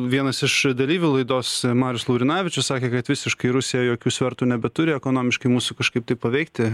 vienas iš dalyvių laidos marius laurinavičius sakė kad visiškai rusija jokių svertų nebeturi ekonomiškai mūsų kažkaip tai paveikti